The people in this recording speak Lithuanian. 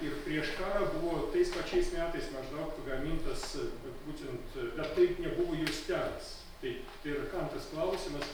ir prieš karą buvo tais pačiais metais maždaug gamintas būtent bet taip nebuvo juostelės taip ir kam tas klausimas